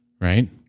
right